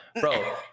bro